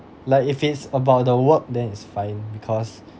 like if it's about the work then it's fine because